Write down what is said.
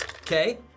Okay